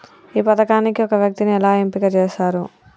ఈ పథకానికి ఒక వ్యక్తిని ఎలా ఎంపిక చేస్తారు?